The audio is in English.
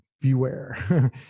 beware